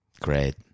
Great